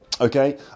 okay